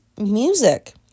music